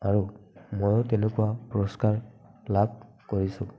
আৰু ময়ো তেনেকুৱা পুৰষ্কাৰ লাভ কৰিছোঁ